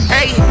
Hey